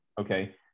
Okay